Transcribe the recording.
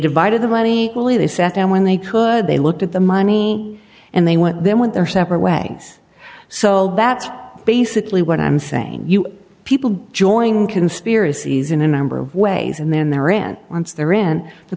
divided the money will he they sat down when they could they looked at the money and they went then went their separate ways so that's basically what i'm saying you people join conspiracies in a number of ways and then they're in once they're in the